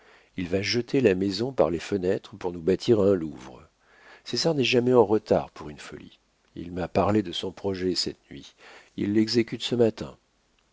il va jeter la maison par les fenêtres pour nous bâtir un louvre césar n'est jamais en retard pour une folie il m'a parlé de son projet cette nuit il l'exécute ce matin